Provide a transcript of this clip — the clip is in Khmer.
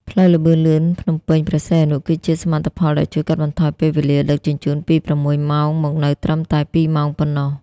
ផ្លូវល្បឿនលឿនភ្នំពេញ-ព្រះសីហនុ គឺជាសមិទ្ធផលដែលជួយកាត់បន្ថយពេលវេលាដឹកជញ្ជូនពី ៦ ម៉ោង មកនៅត្រឹមតែ ២ ម៉ោងប៉ុណ្ណោះ។